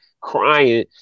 crying